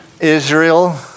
Israel